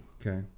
Okay